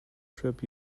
trip